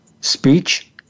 speech